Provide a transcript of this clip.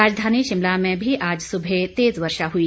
राजधानी शिमला में भी आज सुबह तेज वर्षा हुई